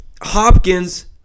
Hopkins